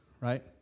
right